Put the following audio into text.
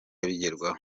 bigerwaho